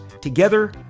together